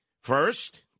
First